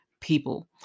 people